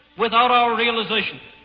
without our realization.